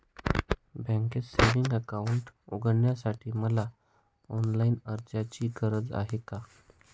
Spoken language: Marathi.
बँकेत सेविंग्स अकाउंट उघडण्यासाठी मला ऑनलाईन अर्जाची गरज आहे का?